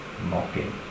mocking